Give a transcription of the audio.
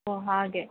ಓ ಹಾಗೆ